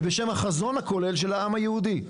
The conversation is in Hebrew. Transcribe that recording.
ובשם החזון הכולל של העם היהודי.